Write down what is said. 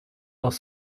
dans